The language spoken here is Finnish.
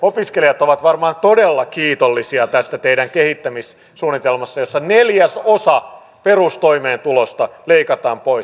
opiskelijat ovat varmaan todella kiitollisia tästä teidän kehittämissuunnitelmastanne jossa neljäsosa perustoimeentulosta leikataan pois